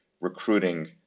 recruiting